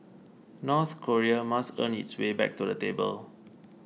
North Korea must earn its way back to the table